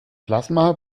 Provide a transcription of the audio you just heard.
plasma